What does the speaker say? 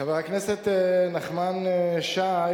חבר הכנסת נחמן שי,